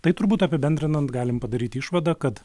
tai turbūt apibendrinant galim padaryti išvadą kad